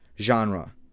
genre